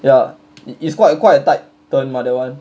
ya it's quite quite a tight turn mah that one